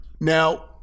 Now